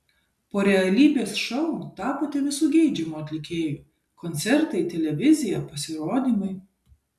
po realybės šou tapote visų geidžiamu atlikėju koncertai televizija pasirodymai